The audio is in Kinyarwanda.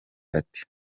ati